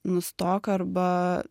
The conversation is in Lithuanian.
nustok arba